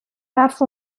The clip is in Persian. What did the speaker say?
برف